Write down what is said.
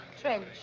Trench